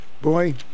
boy